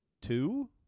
two